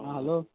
आं हॅलो